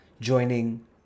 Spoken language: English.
joining